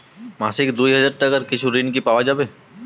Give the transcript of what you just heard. মাসিক দুই হাজার টাকার কিছু ঋণ কি পাওয়া যাবে?